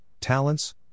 talents